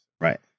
Right